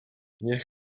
niech